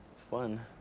fun.